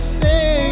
say